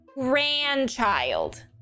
grandchild